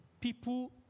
people